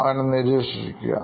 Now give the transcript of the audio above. അവനെ നിരീക്ഷിക്കുക